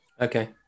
Okay